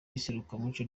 iserukiramuco